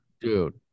dude